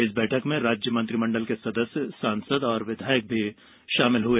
इस बैठक में राज्य मंत्रिमण्डल के सदस्य सांसद और विधायक भी शामिल हुए